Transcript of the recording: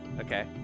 Okay